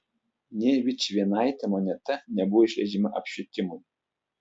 nė vičvienaitė moneta nebuvo išleidžiama apšvietimui